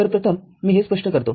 तर प्रथम मी हे स्पष्ट करतो